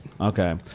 Okay